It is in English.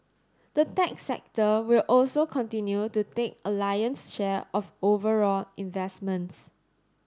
the tech sector will also continue to take a lion's share of overall investments